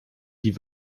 die